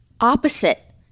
opposite